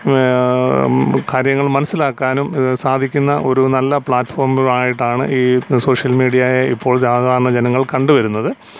കാര്യങ്ങൾ മനസ്സിലാക്കാനും സാധിക്കുന്ന ഒരു നല്ല പ്ലാറ്റ്ഫോം ആയിട്ടാണ് ഈ സോഷ്യൽ മീഡിയയെ ഇപ്പോൾ സാധാരണ ജനങ്ങൾ കണ്ടു വരുന്നത്